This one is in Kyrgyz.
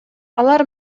алар